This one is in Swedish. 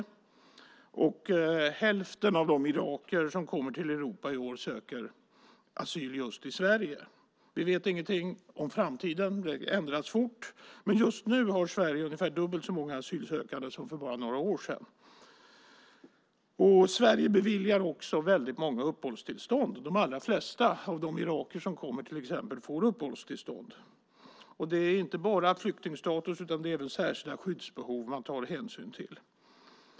Hälften av de irakier som kommer till Europa i år söker asyl just i Sverige. Vi vet ingenting om framtiden - det ändras fort - men just nu har Sverige ungefär dubbelt så många asylsökande som för bara några år sedan. Sverige beviljar också väldigt många uppehållstillstånd. De allra flesta av de irakier som kommer får uppehållstillstånd. Det är inte bara flyktingstatus utan även särskilda skyddsbehov man tar hänsyn till.